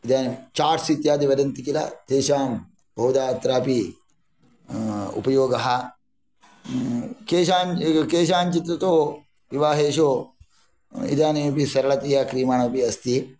इदानीं चाट्स् इत्यादि वदन्ति किल तेषां बहुधा अत्रापि उपयोगः केषाञ्चित् तु विवाहेषु इदानीमपि सरलतया क्रियमाणमपि अस्ति